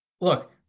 look